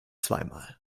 zweimal